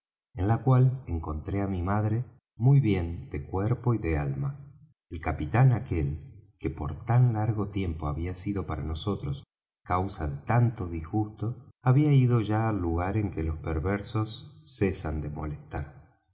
en la cual encontré á mi madre muy bien de cuerpo y de alma el capitán aquel que por tan largo tiempo había sido para nosotros causa de tanto disgusto había ido ya al lugar en que los perversos cesan de molestar